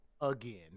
again